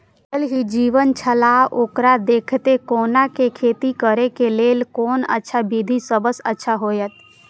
ज़ल ही जीवन छलाह ओकरा देखैत कोना के खेती करे के लेल कोन अच्छा विधि सबसँ अच्छा होयत?